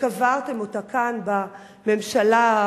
וקברתם אותה כאן בממשלה,